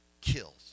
kills